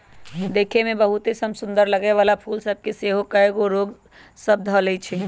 देखय में बहुते समसुन्दर लगे वला फूल सभ के सेहो कएगो रोग सभ ध लेए छइ